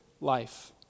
life